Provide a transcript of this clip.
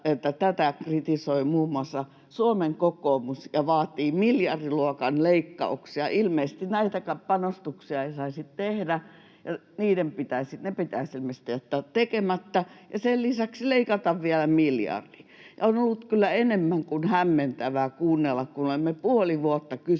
tätä kritisoi muun muassa Suomen kokoomus ja vaatii miljardiluokan leikkauksia. Ilmeisesti näitäkään panostuksia ei saisi tehdä, ne pitäisi ilmeisesti jättää tekemättä ja sen lisäksi leikata vielä miljardi. On ollut kyllä enemmän kuin hämmentävää kuunnella, kun olemme puoli vuotta kysyneet